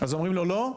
אז אומרים לו: לא,